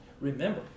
Remember